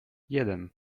jeden